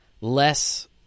less